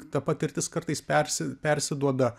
ta patirtis kartais persi persiduoda